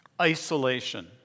isolation